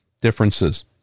differences